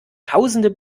tausende